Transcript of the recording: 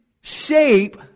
shape